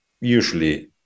usually